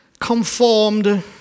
conformed